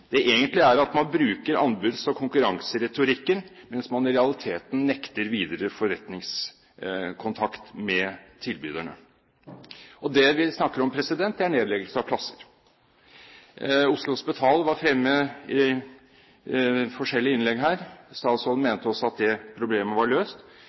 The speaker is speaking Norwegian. Det som egentlig skjer, er at man bruker anbuds- og konkurranseretorikken mens man i realiteten nekter videre forretningskontakt med tilbyderne. Og det vi snakker om, er nedleggelse av plasser. Oslo Hospital var fremme i forskjellige innlegg her. Statsråden mente også at det problemet var løst,